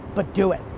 but do it.